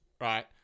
Right